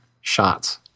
shots